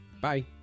Bye